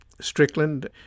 Strickland